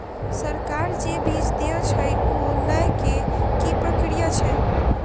सरकार जे बीज देय छै ओ लय केँ की प्रक्रिया छै?